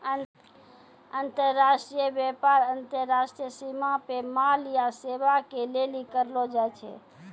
अन्तर्राष्ट्रिय व्यापार अन्तर्राष्ट्रिय सीमा पे माल या सेबा के लेली करलो जाय छै